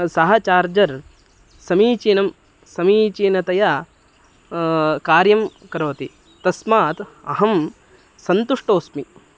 सः चार्जर् समीचीनं समीचीनतया कार्यं करोति तस्मात् अहं सन्तुष्टोस्मि